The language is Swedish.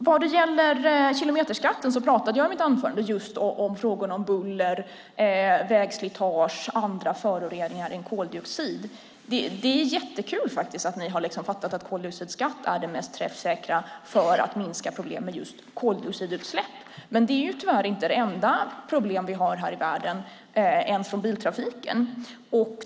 Vad gäller kilometerskatten pratade jag i mitt anförande just om frågan om buller, vägslitage och andra föroreningar än koldioxid. Det är jättekul att ni har fattat att koldioxidskatt är det mest träffsäkra för att minska problem med just koldioxidutsläpp, men det är tyvärr inte det enda problem vi har här i världen ens från biltrafiken.